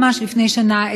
ממש לפני שנה,